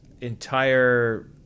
entire